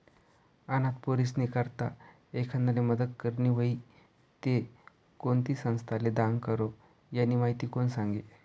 अनाथ पोरीस्नी करता एखांदाले मदत करनी व्हयी ते कोणती संस्थाले दान करो, यानी माहिती कोण सांगी